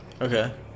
Okay